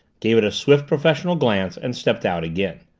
gave it a swift professional glance, and stepped out again.